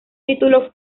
título